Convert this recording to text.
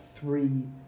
three